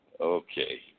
Okay